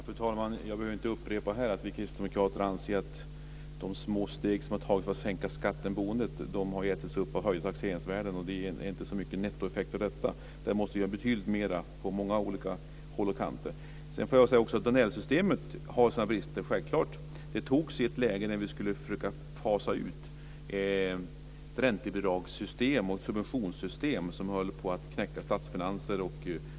Fru talman! Jag behöver här inte upprepa att vi kristdemokrater anser att de små steg som har tagits för att sänka skatten på boendet har ätits upp av höjda taxeringsvärden. Det blir inte så stora nettoeffekter av detta. Det måste göras betydligt mera på många olika håll och kanter. Låt mig säga att också Danellsystemet självklart har sina brister. Det antogs i ett läge när vi skulle försöka fasa ut ett extremt stort räntebidrags och subventionssystem som höll på att knäcka statsfinanserna.